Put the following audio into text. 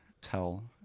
tell